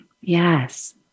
Yes